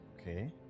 Okay